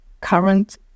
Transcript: current